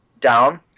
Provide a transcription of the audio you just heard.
down